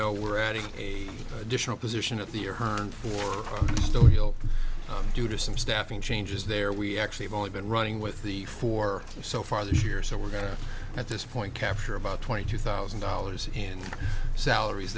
know we're adding a additional position at the year hines ward still due to some staffing changes there we actually have only been running with the four so far this year so we're going to at this point capture about twenty two thousand dollars in salaries